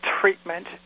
treatment